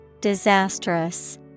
Disastrous